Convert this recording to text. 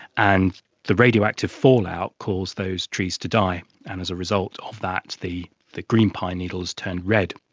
and the radioactive fallout caused those trees to die and as a result of that the the green pine needles turned red.